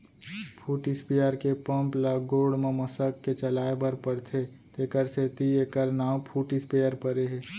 foot sprayer के pump ल गोड़ म मसक के चलाए बर परथे तेकर सेती एकर नांव फुट स्पेयर परे हे